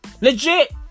Legit